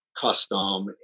custom